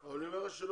כבוד היושב ראש,